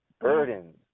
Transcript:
burdens